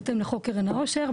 בהתאם לחוק קרן העושר,